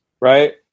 right